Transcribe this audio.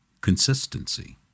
Consistency